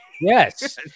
Yes